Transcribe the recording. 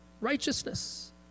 righteousness